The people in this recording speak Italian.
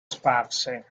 sparse